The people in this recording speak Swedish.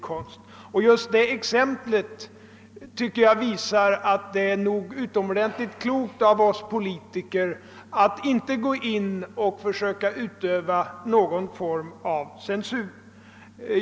Jag tycker att just det exemplet visar att det är utomordentligt klokt av våra politiker att inte försöka utöva någon form av censur.